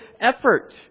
effort